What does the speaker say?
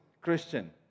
Christian